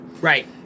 Right